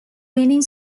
winning